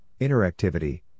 interactivity